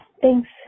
Thanks